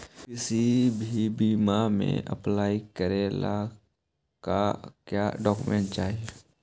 किसी भी बीमा में अप्लाई करे ला का क्या डॉक्यूमेंट चाही?